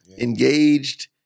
engaged